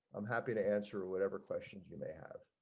i'm happy to answer whatever questions you may have.